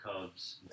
Cubs